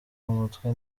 umutwe